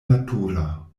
natura